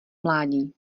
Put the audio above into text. mládí